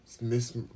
Miss